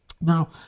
Now